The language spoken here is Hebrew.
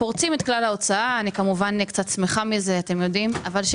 פורצים את כלל ההוצאה ואני קצת שמחה על זה, אבל זה